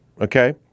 okay